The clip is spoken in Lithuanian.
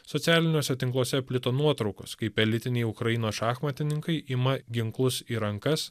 socialiniuose tinkluose plito nuotraukos kaip elitiniai ukrainos šachmatininkai ima ginklus į rankas